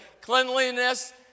cleanliness